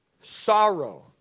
sorrow